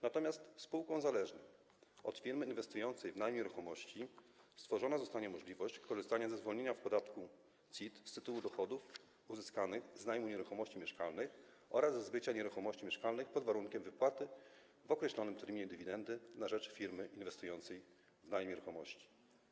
Natomiast spółkom zależnym od firmy inwestującej w najem nieruchomości stworzona zostanie możliwość korzystania ze zwolnienia w podatku CIT z tytułu dochodów uzyskanych z najmu nieruchomości mieszkalnych oraz ze zbycia nieruchomości mieszkalnych pod warunkiem wypłaty w określonym terminie dywidendy na rzecz firmy inwestującej w najem nieruchomości.